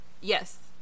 yes